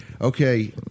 Okay